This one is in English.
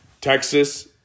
Texas